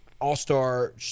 all-star